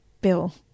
bill